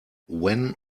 when